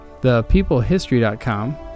ThePeopleHistory.com